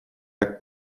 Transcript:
так